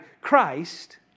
Christ